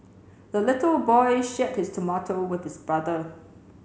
the little boy shared his tomato with his brother